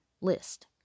list